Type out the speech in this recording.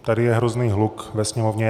Tady je hrozný hluk ve sněmovně.